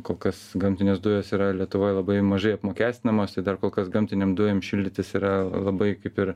kol kas gamtinės dujos yra lietuvoj labai mažai apmokestinamos tai dar kol kas gamtinėm dujom šildytis yra labai kaip ir